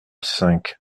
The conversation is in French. cinq